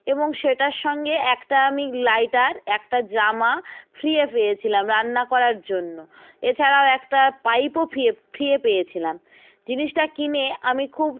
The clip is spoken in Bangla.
এবং সেটার সঙ্গে একটা আমি লাইটার একটা জামা ফ্রিয়ে পেয়েছিলাম রান্না করার জন্য এছাড়াও একটা পাইপও ফ্রিয়ে পেয়েছিলাম জিনিসটা কিনে আমি খুব